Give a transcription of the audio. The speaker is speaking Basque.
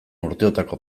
urteotako